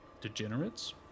Degenerates